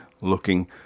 looking